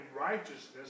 righteousness